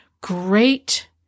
great